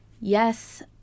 Yes